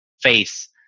face